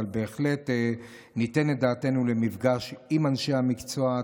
אבל בהחלט ניתן את דעתנו למפגש עם אנשי המקצוע.